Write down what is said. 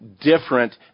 different